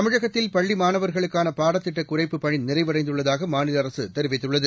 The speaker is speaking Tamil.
தமிழகத்தில் பள்ளி மாணவர்களுக்கான பாடத்திட்ட குறைப்புப் பணி நிறைவடைந்துள்ளதாக மாநில அரசு தெரிவித்துள்ளது